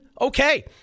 okay